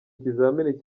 ikizamini